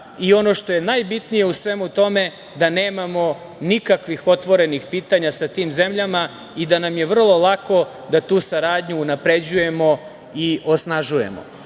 i ono što je najbitnije u svemu tome da nemamo nikakvih otvorenih pitanja sa tim zemljama i da nam je vrlo lako da tu saradnju unapređujemo i osnažujemo. Naravno,